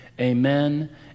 Amen